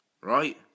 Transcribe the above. Right